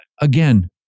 again